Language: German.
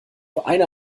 eine